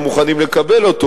לא מוכנים לקבל אותו,